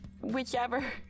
whichever